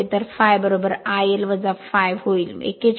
तर ∅ I L ∅ होईल 41 1